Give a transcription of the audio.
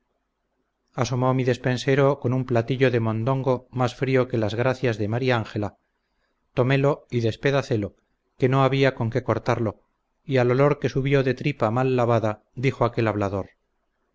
palacio asomó mi despensero con un platillo de mondongo más frío que las gracias de mari ángela tomélo y despedacélo que no había con qué cortarlo y al olor que subió de tripa mal lavada dijo aquel hablador